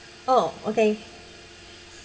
oh okay